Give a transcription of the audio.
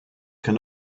can